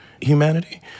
humanity